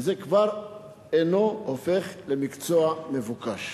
וזה כבר אינו מקצוע מבוקש.